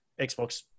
Xbox